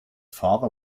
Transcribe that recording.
father